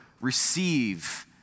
receive